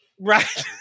Right